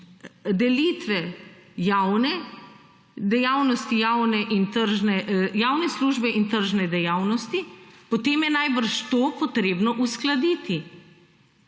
tržne javne službe in tržne dejavnosti, potem je verjetno to potrebno uskladiti.